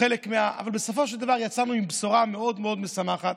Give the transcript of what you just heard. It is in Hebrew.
אבל בסופו של דבר יצאנו עם בשורה מאוד מאוד משמחת,